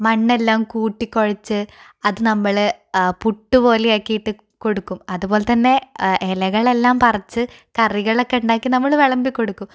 മണ്ണെല്ലാം കൂട്ടി കൊഴച്ച് അത് നമ്മൾ പുട്ടു പോലെ ആക്കിയിട്ട് കൊടുക്കും അതുപോലെ തന്നെ ഇലകളെല്ലാം പറിച്ച് കറികളൊക്കെ ഉണ്ടാക്കി നമ്മൾ വിളമ്പി കൊടുക്കും